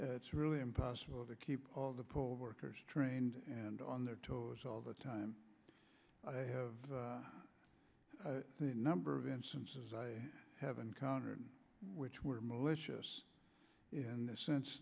it's really impossible to keep all the poll workers trained and on their toes all the time i have a number of instances i have encountered which were malicious in the sense